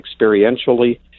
experientially